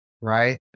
right